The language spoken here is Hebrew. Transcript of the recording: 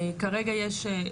כרגע יש,